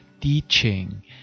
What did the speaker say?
teaching